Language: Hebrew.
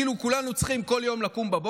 כאילו כולנו צריכים לקום כל יום בבוקר,